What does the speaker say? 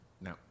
No